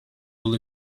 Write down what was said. will